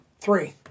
Three